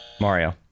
Mario